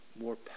more